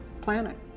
planet